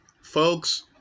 Folks